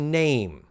name